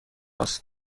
است